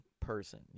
person